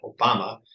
Obama